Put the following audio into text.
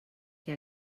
que